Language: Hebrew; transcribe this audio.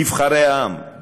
נבחרי העם.